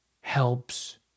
helps